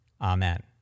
Amen